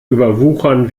überwuchern